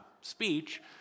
speech